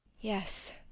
Yes